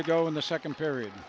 to go in the second period